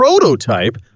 prototype